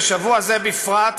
ושבוע זה בפרט,